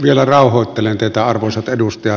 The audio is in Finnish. vielä rauhoittelen teitä arvoisat edustajat